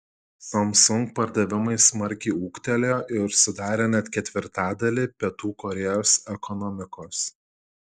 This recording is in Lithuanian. samsung pardavimai smarkiai ūgtelėjo ir sudarė net ketvirtadalį pietų korėjos ekonomikos